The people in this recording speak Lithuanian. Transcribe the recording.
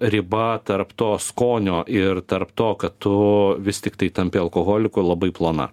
riba tarp to skonio ir tarp to kad tu vis tiktai tampi alkoholiku labai plona